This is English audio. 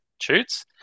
shoots